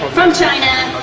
from china,